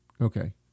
Okay